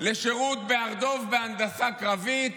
לשירות בהר דוב בהנדסה קרבית,